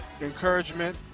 encouragement